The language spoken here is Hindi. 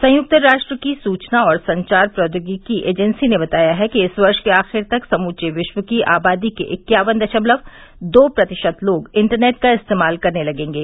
संयुक्त राष्ट्र की सुचना और संचार प्रौद्योगिकी एजेंसी ने बताया है कि इस वर्ष के आखिर तक समूचे विश्व की आबादी के इक्यावन दशमलव दो प्रतिशत लोग इंटरनेट का इस्तेमाल करने लगेंगे